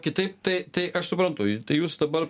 kitaip tai tai aš suprantu tai jūs dabar